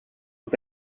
was